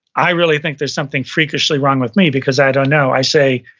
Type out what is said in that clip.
i really think there's something freakishly wrong with me because i don't know. i say,